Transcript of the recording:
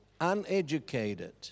uneducated